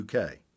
UK